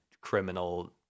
criminal